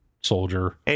soldier